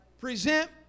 Present